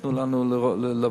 תנו לנו לעבוד.